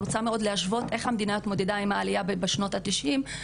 איך המדינה התמודדה עם העלייה בשנות ה-90,